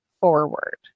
forward